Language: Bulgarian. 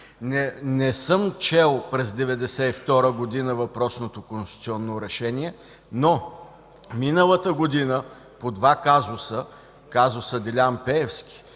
Не съм чел през 1992 г. въпросното конституционно решение, но миналата година по два казуса – казуса Делян Пеевски